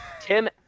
Tim